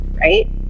right